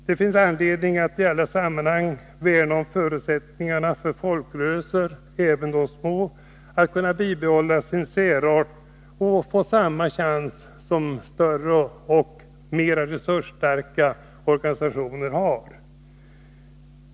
Det finns anledning att i alla sammanhang värna om förutsättningarna för folkrörelser — även de små — att behålla sin särart och ändå få samma chans som större och mera resursstarka organisationer har.